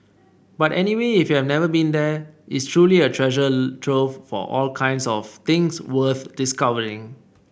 but anyway if you've never been there it's truly a treasure trove of all kinds of things worth discovering